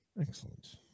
Excellent